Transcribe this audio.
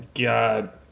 god